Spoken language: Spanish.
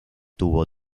tuvo